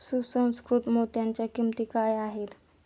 सुसंस्कृत मोत्यांच्या किंमती काय आहेत